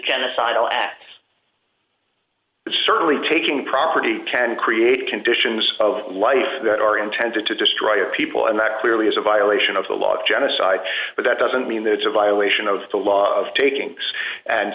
genocidal at certainly taking property can create conditions of life that are intended to destroy people and that clearly is a violation of the law of genocide but that doesn't mean that it's a violation of the law of taking and